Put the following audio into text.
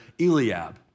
Eliab